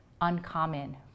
uncommon